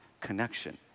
connection